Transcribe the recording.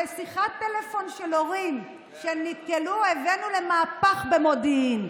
משיחת טלפון של הורים שנתקלו הבאנו למהפך במודיעין.